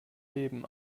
leben